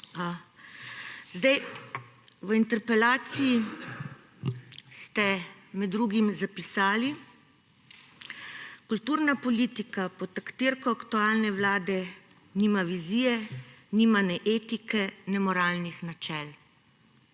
V interpelaciji ste med drugim zapisali: »Kulturna politika pod taktirko aktualne vlade nima vizije, nima ne etike ne moralnih načel.«